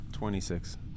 Twenty-six